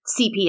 CPS